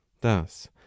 Thus